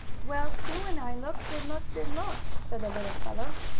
well, sue and i looked and looked and looked, said the little fellow,